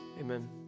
Amen